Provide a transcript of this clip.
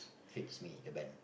fits me the band